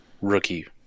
rookie